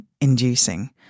inducing